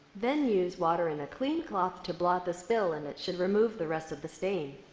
then use water and a clean cloth to blot the spill and it should remove the rest of the stain.